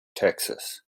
texas